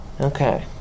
Okay